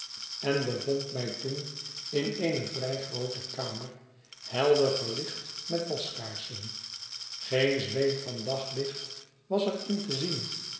en bevond mij toen in eene vrij groote kamer helder verlicht met waskaarsen geen zweem van daglicht was er in te zien